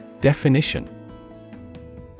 Definition